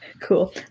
cool